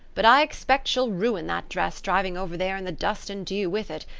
but i expect she'll ruin that dress driving over there in the dust and dew with it,